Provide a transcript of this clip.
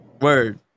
Word